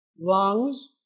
lungs